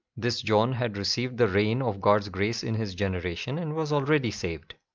this john had received the rain of god's grace in his generation and was already saved.